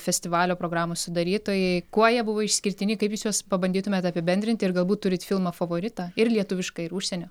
festivalio programų sudarytojai kuo jie buvo išskirtiniai kaip jūs juos pabandytumėt apibendrinti ir galbūt turit filmo favoritą ir lietuvišką ir užsienio